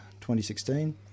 2016